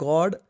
God